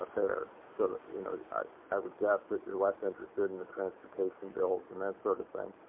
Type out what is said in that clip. affairs. so you know i i would guess that you're less interested in the transportation bills and that sort of thing,